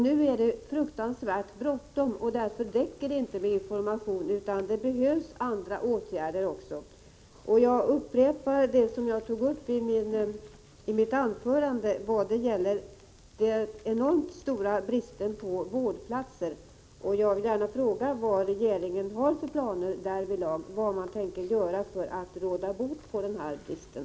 Nu är det fruktansvärt bråttom, och därför räcker det inte med information, utan det behövs andra åtgärder också. Jag upprepar det som jag tog upp i mitt anförande vad gäller den enormt stora bristen på vårdplatser, och jag vill fråga vad regeringen har för planer därvidlag, vad man tänker göra för att råda bot på den bristen.